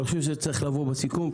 אני חושב שזה צריך לבוא בסיכום.